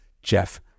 Jeff